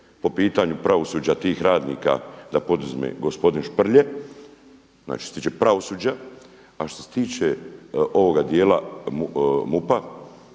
po pitanju pravosuđa tih radnika, da poduzme gospodin Šprlje, znači što se tiče pravosuđa. A što se tiče ovoga dijela MUP-a